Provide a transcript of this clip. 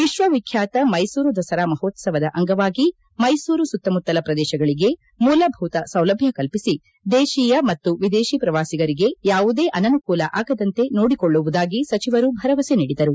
ವಿಶ್ವ ವಿಖ್ಯಾತ ಮೈಸೂರು ದಸರಾ ಮಹೋತ್ಸವದ ಅಂಗವಾಗಿ ಮೈಸೂರು ಸುತ್ತಮುತ್ತಲ ಪ್ರದೇಶಗಳಿಗೆ ಮೂಲಭೂತ ಸೌಲಭ್ಯ ಕಲ್ಲಿಸಿ ದೇಶಿಯ ಮತ್ತು ವಿದೇಶಿ ಪ್ರವಾಸಿಗರಿಗೆ ಯಾವುದೇ ಅನಾನುಕೂಲ ಆಗದಂತೆ ನೋಡಿಕೊಳ್ಳುವುದಾಗಿ ಸಚಿವರು ಭರವಸೆ ನೀಡಿದರು